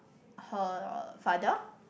her father